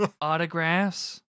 autographs